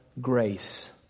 grace